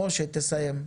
משה, תסיים.